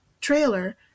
trailer